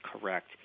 correct